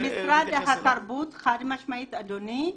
במשרד התרבות חד-משמעית אדוני,